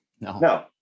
No